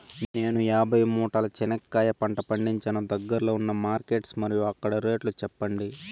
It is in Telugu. నేను యాభై మూటల చెనక్కాయ పంట పండించాను దగ్గర్లో ఉన్న మార్కెట్స్ మరియు అక్కడ రేట్లు చెప్పండి?